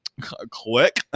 Click